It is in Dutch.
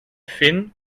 finn